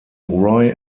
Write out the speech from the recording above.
roy